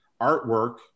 artwork